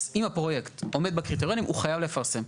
אם הפרויקט עומד בקריטריונים הוא חייב לפרסם.